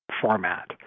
format